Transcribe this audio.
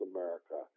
America